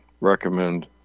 recommend